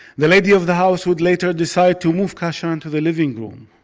the lady of the house would later decide to move kashan and to the living room.